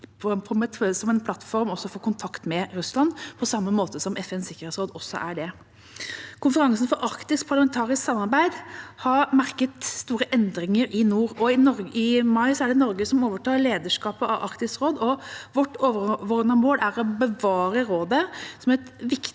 som en plattform også for kontakt med Russland, på samme måte som FNs sikkerhetsråd er det. Konferansen for arktisk parlamentarisk samarbeid har merket store endringer i nord. I mai er det Norge som overtar lederskapet i Arktisk råd, og vårt overordnede mål er å bevare rådet som et viktig